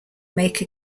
make